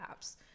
apps